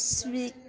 skip